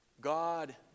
God